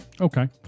Okay